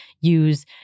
use